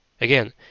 Again